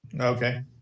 Okay